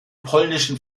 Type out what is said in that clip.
polnischen